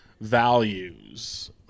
values